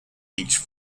each